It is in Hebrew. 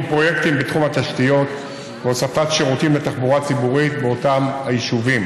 פרויקטים בתחום התשתיות והוספת שירותים לתחבורה הציבורית באותם היישובים.